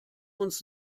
uns